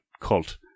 cult